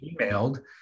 emailed